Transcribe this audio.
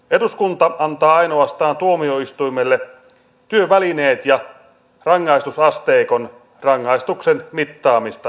eduskunta antaa tuomioistuimelle ainoastaan työvälineet ja rangaistusasteikon rangaistuksen mittaamista varten